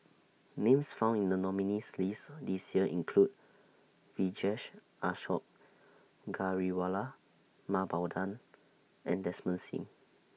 Names found in The nominees' list This Year include Vijesh Ashok Ghariwala Mah Bow Tan and Desmond SIM